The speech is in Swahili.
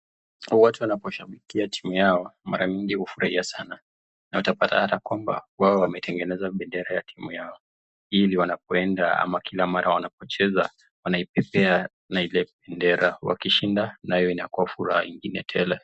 Watu wanaposhabikia timu yao, mara mingi hufurahia sana. Na utapata hata kwamba wao wametengeneza bendera ya timu yao ili wanapoenda ama kila mara wanapocheza, wanaipepea na ile bendera. Wakishinda, nayo inakuwa furaha ingine tele.